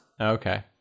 Okay